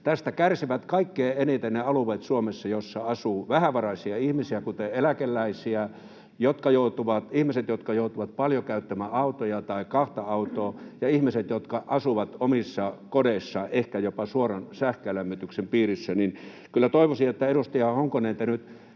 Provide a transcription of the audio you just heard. Tästä kärsivät kaikkein eniten ne alueet Suomessa, joilla asuu vähävaraisia ihmisiä, kuten eläkeläisiä, ihmiset, jotka joutuvat paljon käyttämään autoa tai kahta autoa, ja ihmiset, jotka asuvat omissa kodeissaan ehkä jopa suoran sähkölämmityksen piirissä. Kyllä toivoisin, että kun te, edustaja Honkonen, nyt